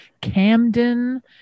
Camden